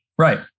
Right